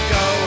go